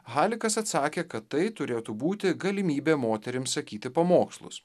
halikas atsakė kad tai turėtų būti galimybė moterims sakyti pamokslus